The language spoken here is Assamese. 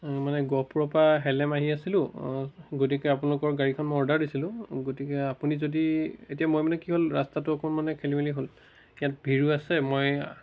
মানে গহপুৰৰ পৰা হেলেম আহি আছিলোঁ গতিকে আপোনালোকৰ গাড়ীখন মই অৰ্ডাৰ দিছিলোঁ গতিকে আপুনি যদি এতিয়া মই মানে কি হ'ল ৰাস্তাটো অকণ মানে খেলি মেলি হ'ল ইয়াত ভীৰো আছে মই